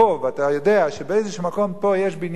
ואתה יודע שבאיזה מקום פה יש בניין.